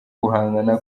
guhangana